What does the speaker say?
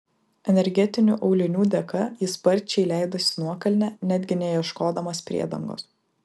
energetinių aulinių dėka jis sparčiai leidosi nuokalne netgi neieškodamas priedangos